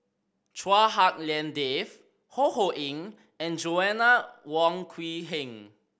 Chua Hak Lien Dave Ho Ho Ying and Joanna Wong Quee Heng